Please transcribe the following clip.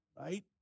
right